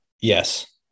Yes